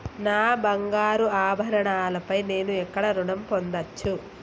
నా బంగారు ఆభరణాలపై నేను ఎక్కడ రుణం పొందచ్చు?